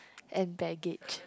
and baggage